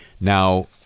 Now